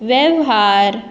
वेव्हार